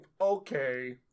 okay